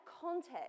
context